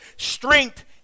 strength